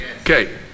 Okay